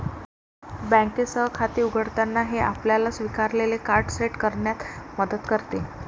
बँकेसह खाते उघडताना, हे आपल्याला स्वीकारलेले कार्ड सेट करण्यात मदत करते